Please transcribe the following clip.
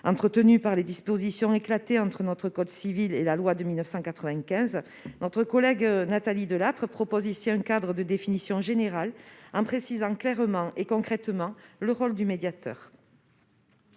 l'éclatement des dispositions entre notre code civil et la loi de 1995, notre collègue Nathalie Delattre propose ici un cadre de définition général, en précisant clairement et concrètement le rôle du médiateur.